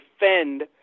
defend